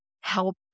help